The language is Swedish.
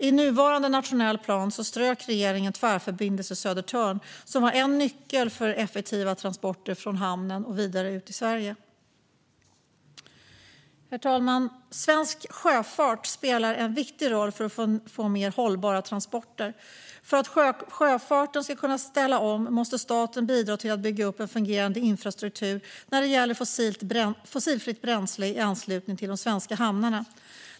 I nuvarande nationell plan strök regeringen Tvärförbindelse Södertörn, som var en nyckel för effektiva transporter från hamnen och vidare ut i Sverige. Herr talman! Svensk sjöfart spelar en viktig roll för att få mer hållbara transporter. För att sjöfarten ska kunna ställa om måste staten bidra till att bygga upp en fungerande infrastruktur när det gäller fossilfritt bränsle i anslutning till de svenska hamnarna.